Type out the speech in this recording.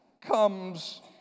comes